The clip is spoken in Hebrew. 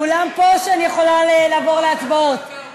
להמשיך, כולם פה, ואני יכולה לעבור להצבעות?